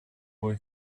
boy